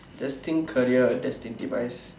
destined career destined demise